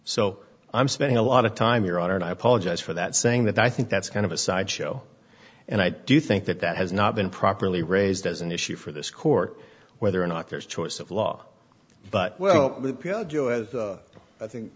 so i'm spending a lot of time your honor and i apologize for that saying that i think that's kind of a sideshow and i do think that that has not been properly raised as an issue for this court whether or not there is choice of law but well i think